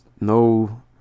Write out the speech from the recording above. no